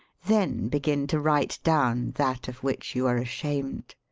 then begin to write down that of which you are ashamed.